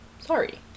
Sorry